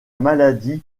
maladie